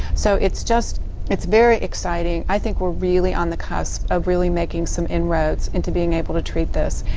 so, it's just it's very exciting. i think we're really on the cusp of really making some inroads into being able to treat this.